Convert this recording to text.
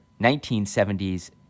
1970s